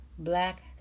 black